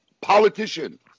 Politician